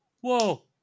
whoa